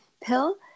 pill